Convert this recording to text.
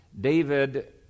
David